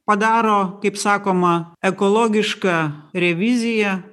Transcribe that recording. padaro kaip sakoma ekologišką reviziją